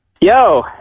Yo